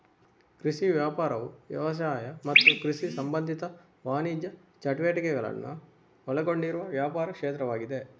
ಕೃಷಿ ವ್ಯಾಪಾರವು ವ್ಯವಸಾಯ ಮತ್ತು ಕೃಷಿ ಸಂಬಂಧಿತ ವಾಣಿಜ್ಯ ಚಟುವಟಿಕೆಗಳನ್ನ ಒಳಗೊಂಡಿರುವ ವ್ಯಾಪಾರ ಕ್ಷೇತ್ರವಾಗಿದೆ